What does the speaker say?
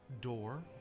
door